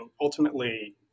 ultimately